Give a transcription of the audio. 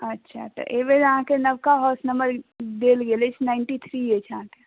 अच्छा तऽ एहिबेर अहाँकेँ नवका हाउस नम्बर देल गेल अछि नाइंटी थ्री अछि अहाँकेँ